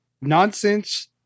nonsense